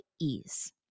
ease